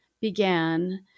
Began